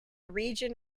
region